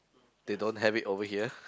they don't have it over here